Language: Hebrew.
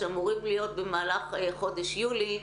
שאמורים להיות במהלך חודש יולי,